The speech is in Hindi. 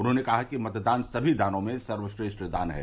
उन्होंने कहा कि मतदान सभी दानों में सर्वश्रेष्ठ दान है